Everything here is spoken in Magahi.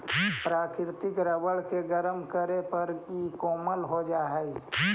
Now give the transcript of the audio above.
प्राकृतिक रबर के गरम करे पर इ कोमल हो जा हई